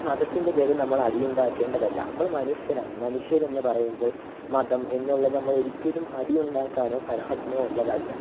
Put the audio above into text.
മതത്തിൻ്റെ പേരിൽ നമ്മൾ അടിയുണ്ടാകേണ്ടതല്ല നമ്മൾ മനുഷ്യരാണ് മനുഷ്യരെന്നു പറയുമ്പോൾ മതം എന്നുള്ളത് നമ്മൾ ഒരിക്കലും അടി ഉണ്ടാക്കാനോ കലഹത്തിനോ ഉള്ളതല്ല